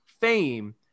fame